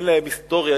אין להם היסטוריה.